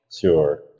Sure